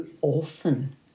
often